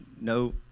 no